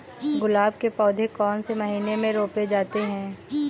गुलाब के पौधे कौन से महीने में रोपे जाते हैं?